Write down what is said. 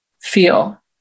feel